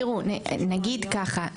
נגיד ככה,